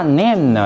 name